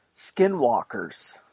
skinwalkers